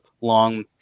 long